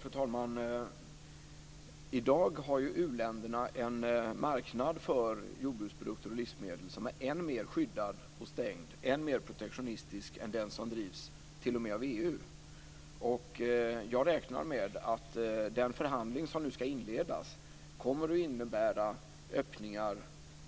Fru talman! I dag har ju u-länderna en marknad för jordbruksprodukter och livsmedel som är än mer skyddad och stängd, än mer protektionistisk, än den som drivs t.o.m. av EU. Jag räknar med att den förhandling som nu ska inledas kommer att innebära öppningar